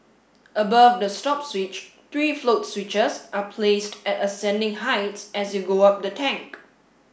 above the stop switch three float switches are placed at ascending heights as you go up the tank